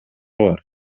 бар